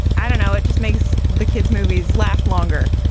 i don't know. it just makes the kids movies last longer.